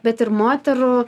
bet ir moterų